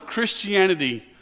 Christianity